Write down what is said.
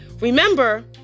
remember